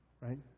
Right